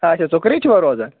اچھا زُکرِ چھِوٕ تُہُۍ روزان